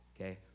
Okay